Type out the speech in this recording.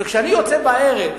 וכשאני יוצא בערב